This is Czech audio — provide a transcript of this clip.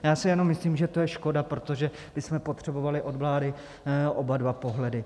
Já si jenom myslím, že to je škoda, protože bychom potřebovali od vlády oba dva pohledy.